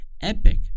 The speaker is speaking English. epic